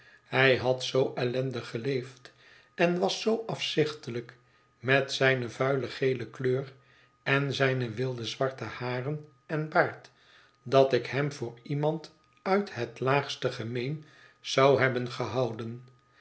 hij had zoo ellendig geleefd en was zoo afzichtelijk met zijne vuil gele kleur en zijne wilde zwarte haren en baard dat ik hem voor iemand uit het laagste gemeen zou hebben gehouden